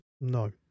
No